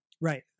Right